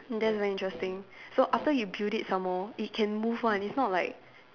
that's very interesting so after you build it some more it can move one it's not like